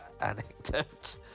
anecdote